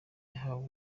yahawe